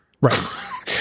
Right